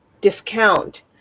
discount